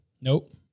Nope